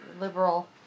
liberal